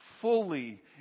fully